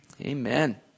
Amen